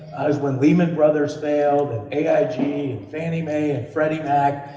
when lehman brothers failed, and aig, i mean fannie mae, and freddie mac,